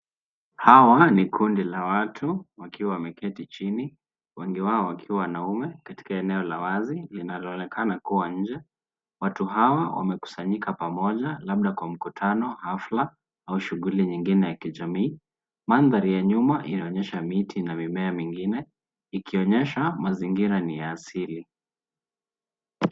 Hawa ni kundi la watu wakiwa wameketi chini, wengi wao wakiwa wanaume katika eneo la wazi linaloonekana kuwa nje. Watu hawa wamekusanyika pamoja labda kwa mkutano hafla au shughuli nyingine ya kijamii. Mandhari ya nyuma inaonyesha miti na mimea mingine ikionyesha mazingira ni ya asili.